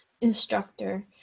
instructor